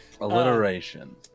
Alliteration